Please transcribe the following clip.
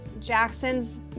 Jackson's